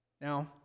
Now